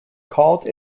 called